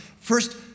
First